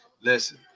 listen